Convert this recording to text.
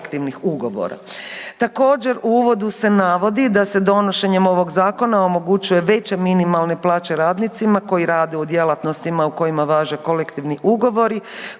u uvodu se navodi da se donošenjem ovog Zakona omogućuje veća minimalna plaće radnicima koji rade u djelatnostima u kojima važe kolektivni ugovori